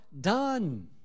done